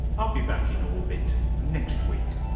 i'll be back in orbit next week